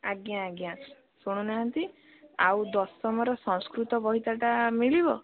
ଆଜ୍ଞା ଆଜ୍ଞା ଶୁଣୁନାହାନ୍ତି ଆଉ ଦଶମର ସଂସ୍କୃତ ବହିଟା ମିଳିବ